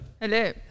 Hello